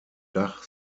dach